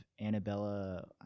Annabella